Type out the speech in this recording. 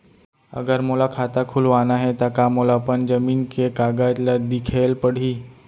अगर मोला खाता खुलवाना हे त का मोला अपन जमीन के कागज ला दिखएल पढही?